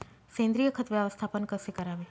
सेंद्रिय खत व्यवस्थापन कसे करावे?